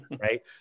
Right